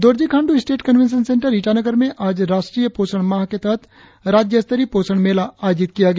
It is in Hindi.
Dorjee Khandu state convention centre Itanagar में आज राष्ट्रीय पोषण माह के तहत राज्यस्तरीय पोषण मेला आयोजित किया गया